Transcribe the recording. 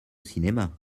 cinéma